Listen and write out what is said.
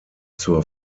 zur